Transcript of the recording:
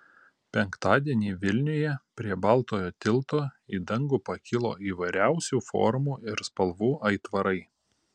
penktadienį vilniuje prie baltojo tilto į dangų pakilo įvairiausių formų ir spalvų aitvarai